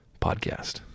podcast